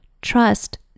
trust